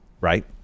right